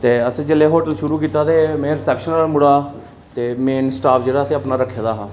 ते असें जेल्लै होटल शुरू कीता ते में रिसैप्शनर मुड़ा ते मेन स्टाफ जेह्ड़ा असें अपना रक्खे दा हा